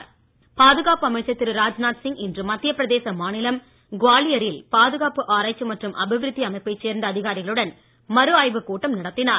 ராஜ்நாத் பாதுகாப்பு அமைச்சர் திரு ராஜ்நாத் சிங் இன்று மத்திய பிரதேச மாநிலம் குவாலியரில் பாதுகாப்பு ஆராய்ச்சி மற்றும் அபிவிருத்தி அமைப்பைச் சேர்ந்த அதிகாரிகளுடன் மறு ஆய்வுக் கூட்டம் நடத்தினார்